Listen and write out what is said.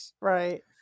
right